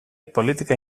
politika